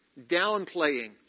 downplaying